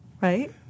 right